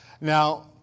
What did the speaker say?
Now